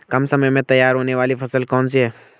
कम समय में तैयार होने वाली फसल कौन सी है?